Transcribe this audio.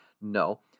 No